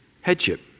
headship